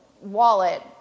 wallet